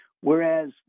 Whereas